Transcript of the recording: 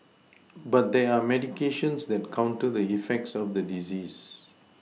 but there are medications that counter the effects of the disease